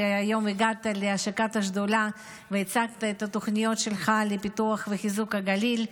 על שהיום הגעת להשקת השדולה והצגת את התוכניות שלך לפיתוח וחיזוק הגליל.